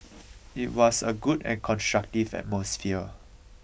it was a good and constructive atmosphere